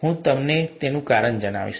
હું તમને તેનું કારણ જણાવીશ